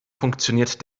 funktioniert